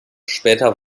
später